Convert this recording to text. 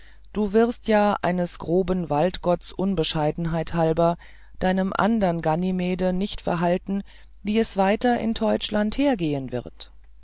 du wirst ja eines groben waldgotts unbescheidenheit halber deinem andern ganymede nicht verhalten wie es weiter in teutschland hergehen wird